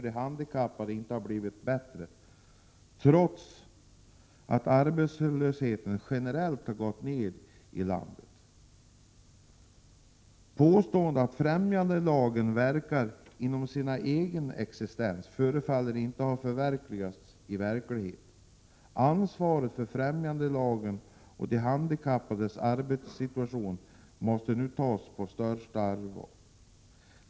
Den har inte blivit bättre trots att arbetslösheten generellt har gått ned i landet. Påståendet att främjandelagen ”verkar genom sin existens” förefaller inte ha förankring i verkligheten. Ansvaret för främjandelagen och de handikappades arbetssituation måste nu tas på större allvar.